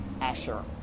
Asher